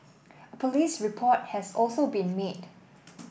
police report has also been made